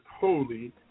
holy